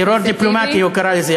"טרור דיפלומטי" הוא קרא לזה,